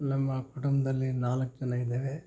ನಮ್ಮ ಕುಟುಂಬದಲ್ಲಿ ನಾಲ್ಕು ಜನ ಇದ್ದೇವೆ